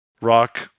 Rock